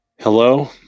Hello